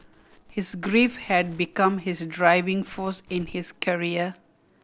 his grief had become his driving force in his career